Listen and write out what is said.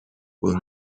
will